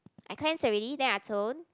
I cleanse already then I tone